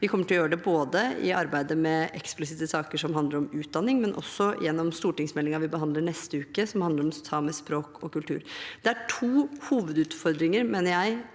Vi kommer til å gjøre det både i arbeidet med eksplisitte saker som handler om utdanning, og gjennom stortingsmeldingen vi behandler neste uke, som handler om samisk språk og kultur. Det er to hovedutfordringer, mener jeg,